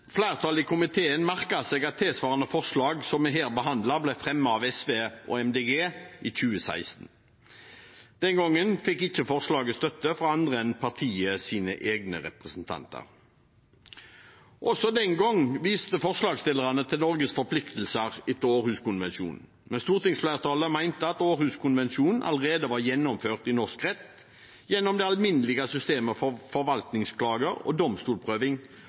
Flertallet i komiteen merker seg at et tilsvarende forslag som det vi her behandler, ble fremmet av SV og Miljøpartiet De Grønne i 2016. Den gangen fikk ikke forslaget støtte fra andre enn partienes egne representanter. Også den gangen viste forslagsstillerne til Norges forpliktelser etter Århuskonvensjonen. Men stortingsflertallet mente at Århuskonvensjonen allerede var gjennomført i norsk rett gjennom det alminnelige systemet for forvaltningsklager og